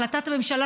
החלטת הממשלה,